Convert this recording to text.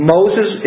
Moses